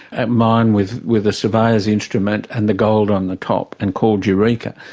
a mine with with a surveyor's instrument and the gold on the top, and called eureka.